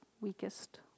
weakest